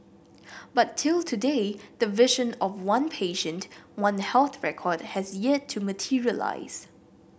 but till today the vision of one patient One Health record has yet to materialise